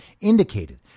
indicated